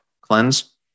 cleanse